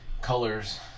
colors